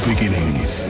beginnings